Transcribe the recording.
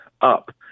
up